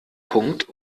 punkt